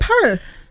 Paris